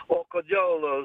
o kodėl